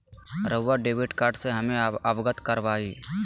रहुआ debit card से हमें अवगत करवाआई?